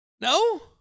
No